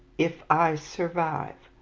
if i survive!